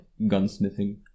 Gunsmithing